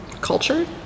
culture